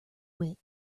wit